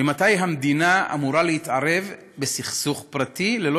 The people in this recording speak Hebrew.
ממתי המדינה אמורה להתערב בסכסוך פרטי ללא